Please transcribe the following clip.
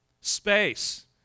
Space